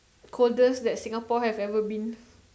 coldest that Singapore has ever been